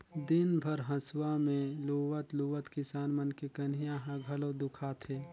दिन भर हंसुआ में लुवत लुवत किसान मन के कनिहा ह घलो दुखा थे